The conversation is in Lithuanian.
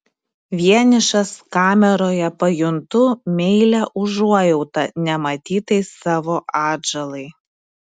vienišas kameroje pajuntu meilią užuojautą nematytai savo atžalai